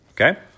Okay